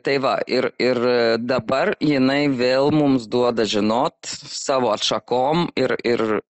tai va ir ir dabar jinai vėl mums duoda žinot savo atšakom ir ir